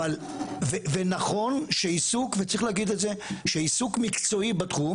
אבל ונכון שעיסוק וצריך להגיד את זה עיסוק מקצועי בתחום